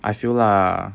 I feel lah